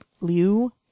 Liu